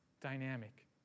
dynamic